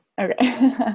okay